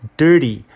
dirty，